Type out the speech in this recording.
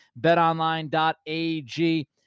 betonline.ag